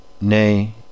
nay